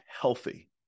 healthy